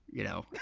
you know?